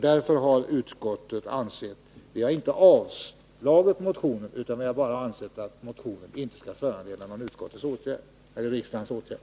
Därför har utskottet inte avstyrkt motionen utan bara ansett att motionen inte skall föranleda någon riksdagens åtgärd.